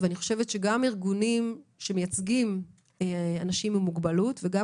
ואני חושבת שגם ארגונים שמייצגים אנשים עם מוגבלות וגם